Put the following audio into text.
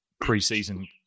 pre-season